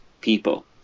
people